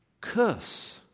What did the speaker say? curse